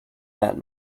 that